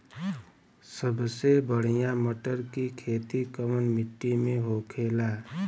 सबसे बढ़ियां मटर की खेती कवन मिट्टी में होखेला?